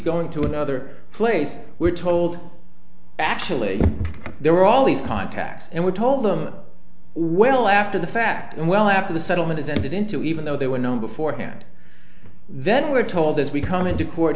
going to another place we're told actually there were all these contacts and we told them well after the fact and well after the settlement is entered into even though they were known beforehand then we're told as we come into court